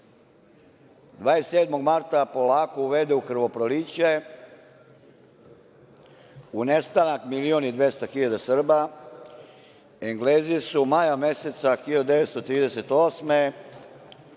27. marta polako uvede u krvoproliće, u nestanak 1.200.000 Srba, Englezi su maja meseca 1938.